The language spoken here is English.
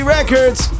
Records